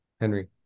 Henry